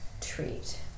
Treat